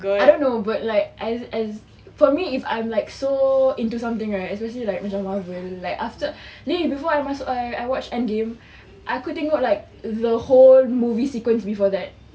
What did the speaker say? I don't know but like as as for me if I'm like so into something right especially like macam marvel like after ni before I masuk uh I watch end game aku tengok like the whole movie sequence before that